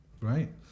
Right